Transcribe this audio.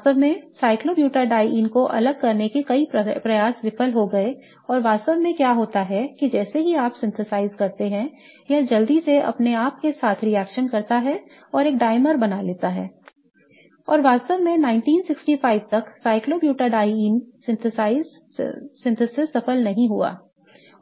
वास्तव में cyclobutadiene को अलग करने के कई प्रयास विफल हो गए हैं और वास्तव में क्या होता है जैसे ही आप इसे संश्लेषित करते हैं यह जल्दी से अपने आप के साथ रिएक्शन करता है एक dimer बना होता है और वास्तव में 1965 तक cyclobutadiene संश्लेषण सफल नहीं हुआ